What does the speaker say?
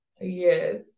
Yes